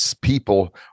people